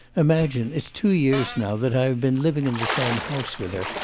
imagine, it's two years now that i have been living in the same house with her,